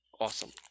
awesome